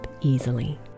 easily